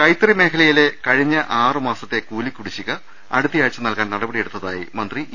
കൈത്തറി മേഖലയിലെ കഴിഞ്ഞ ആറ് മാസത്തെ കൂലിക്കുടി ശിക അടുത്തയാഴ്ച്ച നൽകാൻ നടപടിയെടുത്തതായി മന്ത്രി ഇ